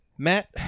Matt